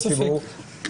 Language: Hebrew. אין ספק.